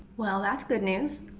well, that's good news.